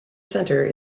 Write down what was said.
center